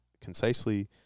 concisely